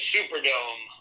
Superdome